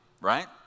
right